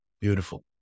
Beautiful